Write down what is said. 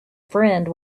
friend